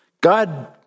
God